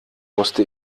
musste